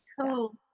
Cool